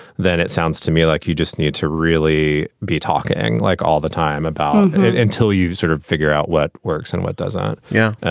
then it sounds to me like you just need to really be talking like all the time about and it until you sort of figure out what works and what doesn't. yeah.